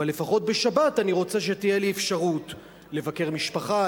אבל לפחות בשבת אני רוצה שתהיה לי אפשרות לבקר משפחה,